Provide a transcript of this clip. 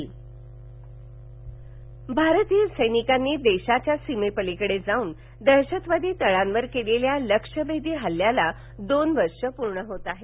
पराक्रम पर्व भारतीय सैनिकांनी देशाच्या सीमेपलीकडे जाऊन दहशतवादी तळांवर केलेल्या लक्ष्य भेदी हल्ल्याला दोन वर्ष पूर्ण होत आहेत